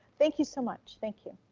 thank you so much. thank you,